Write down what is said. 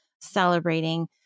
celebrating